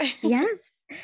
yes